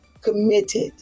committed